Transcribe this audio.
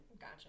Gotcha